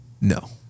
No